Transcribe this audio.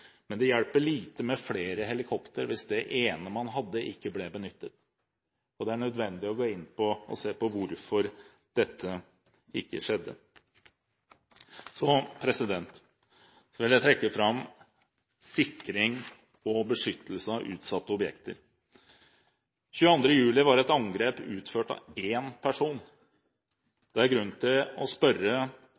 Men det hjelper lite med flere helikoptre hvis det ene man hadde, ikke ble benyttet. Det er nødvendig å gå inn og se på hvorfor dette ikke skjedde. Så vil jeg trekke fram sikring og beskyttelse av utsatte objekter. Den 22. juli var et angrep utført av én person. Det er grunn til å spørre